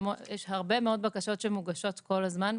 מאוד בקשות שמוגשות כל הזמן.